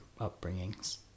upbringings